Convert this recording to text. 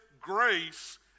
grace